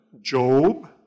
Job